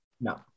No